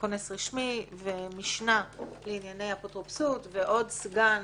כונס רשמי ומשנה לענייני אפוטרופסות ועוד סגן